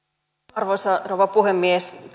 arvoisa rouva puhemies